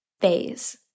phase